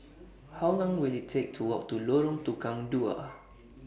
How Long Will IT Take to Walk to Lorong Tukang Dua